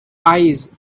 eyes